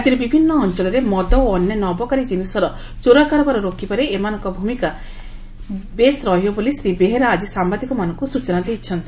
ରାଜ୍ୟର ବିଭିନ୍ ଅଞ୍ଞଳରେ ମଦ ଓ ଅନ୍ୟାନ୍ୟ ଅବକାରୀ ଜିନିଷର ଚୋରା କାରବାର ରୋକିବାରେ ଏମାନଙ୍କ ଭୂମିକା ବେଶ୍ ରହିବ ବୋଲି ଶ୍ରୀ ବେହେରା ଆକି ସାମ୍ବାଦିକମାନଙ୍କୁ କହିଛନ୍ତି